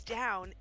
down